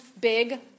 big